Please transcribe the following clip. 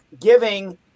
giving